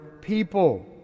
people